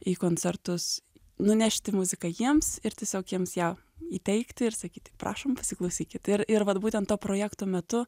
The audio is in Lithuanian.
į koncertus nunešti muziką jiems ir tiesiog jiems ją įteikti ir sakyti prašom pasiklausykit ir ir vat būtent to projekto metu